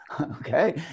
okay